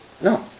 No